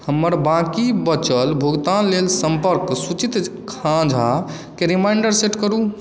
हमर बाँकि बचल भुगतान लेल सम्पर्क सुचिता खाँ झाके रिमाइंडर सेट करू